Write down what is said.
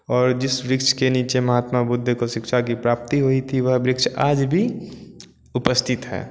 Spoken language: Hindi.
और जिस वृक्ष के पीछे महात्मा बुद्ध को शिक्षा की प्राप्ति हुई थी वह वृक्ष आज भी उपस्थित है